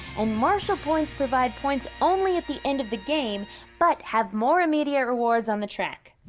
and marshal points provide points only at the end of the game but have more immediate rewards on the track.